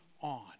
on